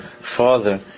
Father